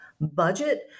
budget